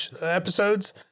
episodes